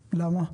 למה?